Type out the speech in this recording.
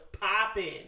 popping